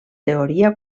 teoria